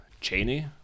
Cheney